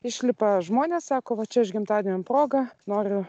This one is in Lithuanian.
išlipa žmonės sako va čia aš gimtadienio proga noriu